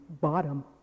bottom